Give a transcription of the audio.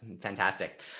fantastic